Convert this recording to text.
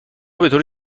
بطور